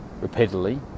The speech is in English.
repeatedly